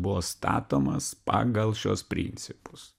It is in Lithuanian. buvo statomas pagal šiuos principus